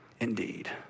indeed